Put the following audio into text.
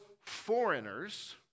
foreigners